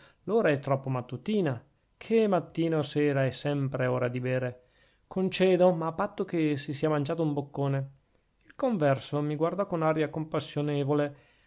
l'ora è troppo mattutina che mattina o sera è sempre ora di bere concedo ma a patto che si sia mangiato un boccone il converso mi guardò con aria compassionevole